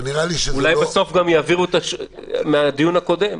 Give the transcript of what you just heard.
אבל נראה לי שזה לא --- אולי בסוף גם יעבירו מהדיון הקודם.